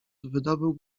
wydobył